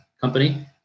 Company